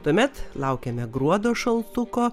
tuomet laukiame gruodo šaltuko